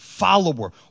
follower